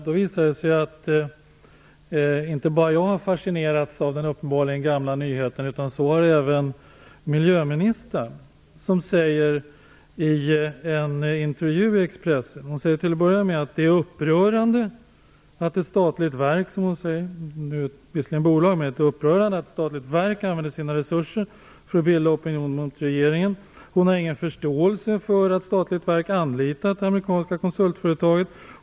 Då visade det sig att inte bara jag har fascinerats av den uppenbarligen gamla nyheten, utan så har även miljöministern, som i en intervju i Expressen säger att det är upprörande att ett statligt verk - nu visserligen ett bolag - använder sina resurser för att bilda opinion mot regeringen och att hon inte har någon förståelse för att ett statligt verk anlitat det amerikanska konsultföretaget.